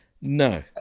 no